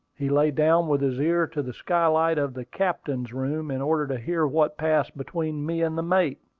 he lay down with his ear to the skylight of the captain's room in order to hear what passed between me and the mate.